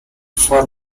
for